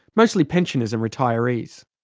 mostly pensioners and retirees.